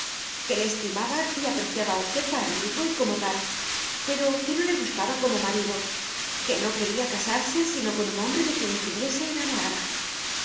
que le estimaba y apreciaba a usted para amigo y como tal pero que no le gustaba como marido que no quería casarse sino con un hombre de quien estuviese enamorada